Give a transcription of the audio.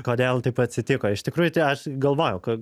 kodėl taip atsitiko iš tikrųjų tai aš galvojau ka